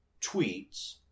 tweets